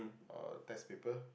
uh test paper